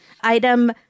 Item